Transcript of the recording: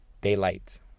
Daylight